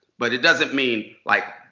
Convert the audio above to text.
but it doesn't mean, like,